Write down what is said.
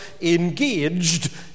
engaged